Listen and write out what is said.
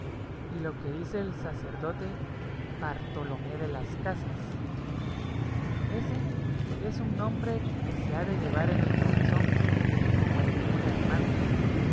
y lo que dice el sacerdote bartolomé de las casas ese es un nombre que se ha de llevar en el corazón como el de un hermano